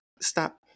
stop